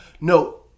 no